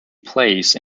plays